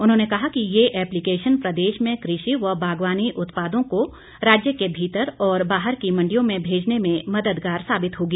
उन्होंने कहा कि ये एप्लिकेशन प्रदेश में कृषि व बागवानी उत्पादों को राज्य के भीतर और बाहर की मंडियों में भेजने में मददगार साबित होगी